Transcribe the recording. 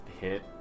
hit